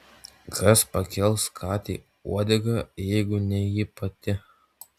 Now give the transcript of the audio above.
kas pakels katei uodegą jeigu ne ji pati